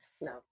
No